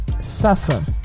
suffer